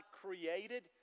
created